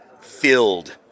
filled